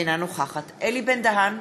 אינה נוכחת אלי בן-דהן,